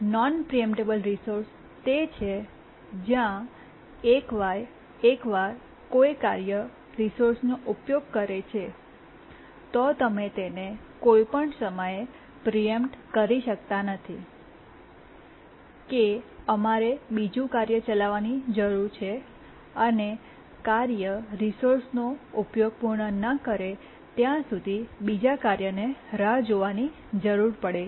non preemptable resource તે છે જ્યાં એકવાર કોઈ કાર્ય રિસોર્સ નો ઉપયોગ કરે છે તો તમે તેને કોઈ પણ સમયે પ્રીએમ્પ્ટ કરી શકતા નથી કે અમારે બીજું કાર્ય ચલાવવાની જરૂર છે અને કાર્ય રિસોર્સ નો ઉપયોગ પૂર્ણ ન કરે ત્યાં સુધી બીજા કાર્યને રાહ જોવાની જરૂર પડે છે